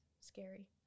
scary